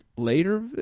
Later